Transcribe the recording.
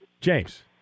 James